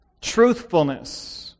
Truthfulness